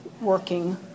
working